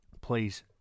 please